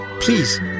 Please